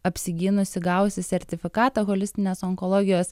apsigynusi gavusi sertifikatą holistinės onkologijos